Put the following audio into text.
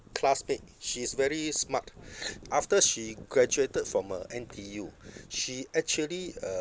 classmate she's very smart after she graduated from uh N_T_U she actually uh